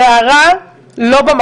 חבר הכנסת בן גביר, זו הערה לא במקום.